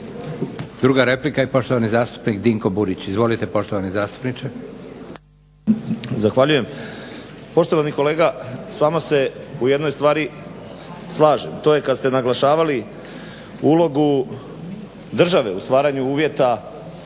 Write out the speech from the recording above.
Nova replika i poštovani zastupnik Branko Bačić. Izvolite poštovani zastupniče.